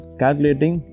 calculating